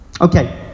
Okay